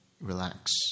relax